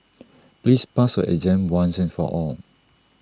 please pass your exam once and for all